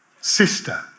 sister